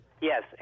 Yes